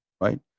Right